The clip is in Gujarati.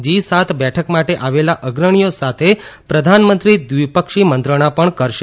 જી સાત બેઠક માટે આવેલા અગ્રણીઓ સાથે પ્રધાનમંત્રી દ્વિપક્ષી મંત્રણા પણ કરશે